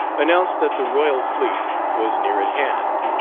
announced that the royal fleet was near at hand.